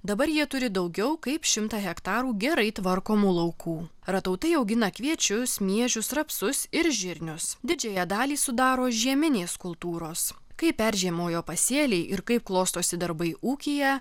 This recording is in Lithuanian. dabar jie turi daugiau kaip šimtą hektarų gerai tvarkomų laukų ratautai augina kviečius miežius rapsus ir žirnius didžiąją dalį sudaro žieminės kultūros kaip peržiemojo pasėliai ir kaip klostosi darbai ūkyje